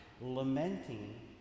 lamenting